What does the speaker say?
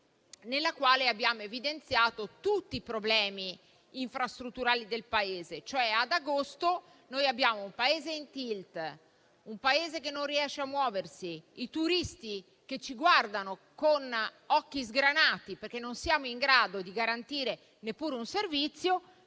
nella quale abbiamo evidenziato tutti i problemi infrastrutturali del Paese. Ad agosto, noi abbiamo un Paese in tilt, che non riesce a muoversi, con i turisti che ci guardano con occhi sgranati perché non siamo in grado di garantire neppure un servizio.